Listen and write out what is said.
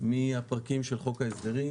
מהפרקים של חוק ההסדרים